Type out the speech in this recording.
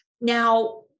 now